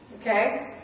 Okay